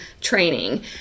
training